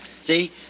See